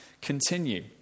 continue